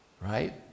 Right